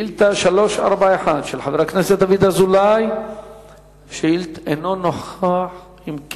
חבר הכנסת אריה ביבי